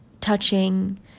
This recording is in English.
touching